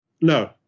No